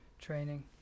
training